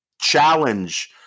challenge